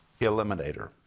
eliminator